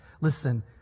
Listen